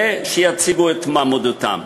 שיציגו את מועמדותם.